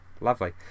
lovely